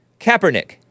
Kaepernick